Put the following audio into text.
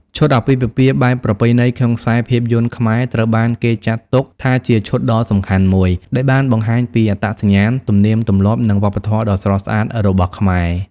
ឈុតអាពាហ៍ពិពាហ៍បែបប្រពៃណីក្នុងខ្សែភាពយន្តខ្មែរត្រូវបានគេចាត់ទុកថាជាឈុតដ៏សំខាន់មួយ ដែលបានបង្ហាញពីអត្តសញ្ញាណ ទំនៀមទម្លាប់ និងវប្បធម៌ដ៏ស្រស់ស្អាតរបស់ខ្មែរ។